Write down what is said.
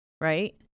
right